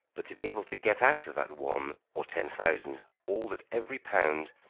but to be able to get out of that one or ten thousand all that every pound,